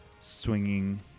swinging